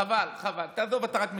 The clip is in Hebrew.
חבל, תעזוב, אתה רק מקלקל.